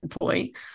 point